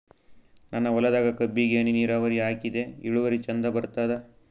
ನನ್ನ ಹೊಲದಾಗ ಕಬ್ಬಿಗಿ ಹನಿ ನಿರಾವರಿಹಾಕಿದೆ ಇಳುವರಿ ಚಂದ ಬರತ್ತಾದ?